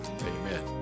Amen